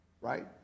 Right